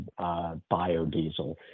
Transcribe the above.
biodiesel